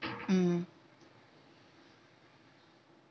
mm